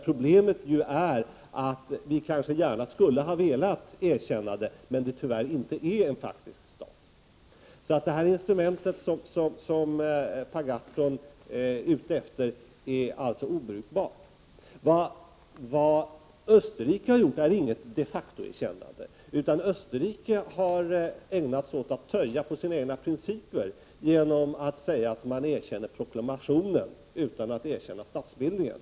Problemet är ju att vi kanske gärna skulle ha velat göra ett erkännande, men tyvärr är det inte fråga om en faktisk stat. Det instrument som Per Gahrton är ute efter är alltså obrukbart. I fallet Österrike är det ju inte fråga om något de facto-erkännande. Österrike har ägnat sig åt att töja på sina egna principer genom att säga att man erkänner proklamationen utan att erkänna statsbildningen.